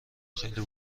خیلی